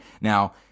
Now